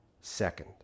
second